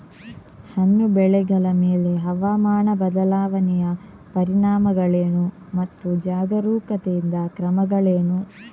ಹಣ್ಣು ಬೆಳೆಗಳ ಮೇಲೆ ಹವಾಮಾನ ಬದಲಾವಣೆಯ ಪರಿಣಾಮಗಳೇನು ಮತ್ತು ಜಾಗರೂಕತೆಯಿಂದ ಕ್ರಮಗಳೇನು?